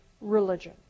religion